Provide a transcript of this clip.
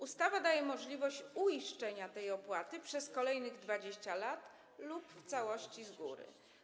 Ustawa daje możliwość uiszczenia tej opłaty przez kolejnych 20 lat lub w całości z góry.